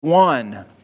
One